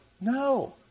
No